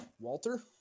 Walter